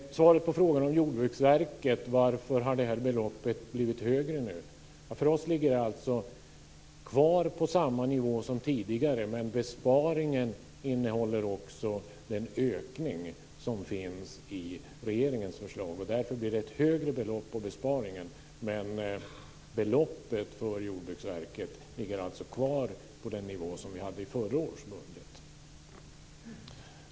Så till frågan om Jordbruksverket och varför beloppet har blivit högre nu. För oss ligger det kvar på samma nivå som tidigare, men besparingen innehåller också den ökning som finns i regeringens förslag. Därför blir det ett högre belopp på besparingen. Beloppet för Jordbruksverket ligger kvar på den nivå som vi hade i förra årets budget.